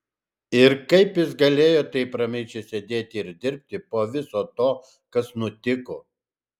ir kaip jis galėjo taip ramiai čia sėdėti ir dirbti po viso to kas nutiko